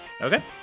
Okay